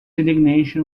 indignation